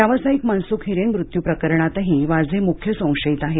व्यावसायिक मनसुख हिरेन मृत्यू प्रकरणातही वाझे मुख्य संशयित आहेत